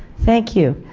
thank you.